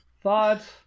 thought